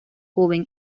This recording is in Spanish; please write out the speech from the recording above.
joven